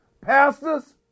pastors